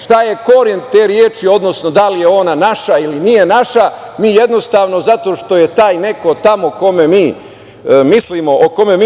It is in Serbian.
šta je koren te reči, odnosno da li je ona naša ili nije naša, mi jednostavno zato što je taj neko o kome mi